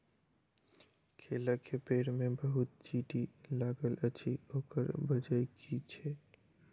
केला केँ पेड़ मे बहुत चींटी लागल अछि, ओकर बजय की छै?